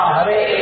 Hare